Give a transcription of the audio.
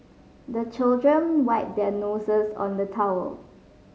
the children wipe their noses on the towel